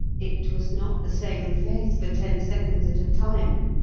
it was not the same face for ten seconds at a time.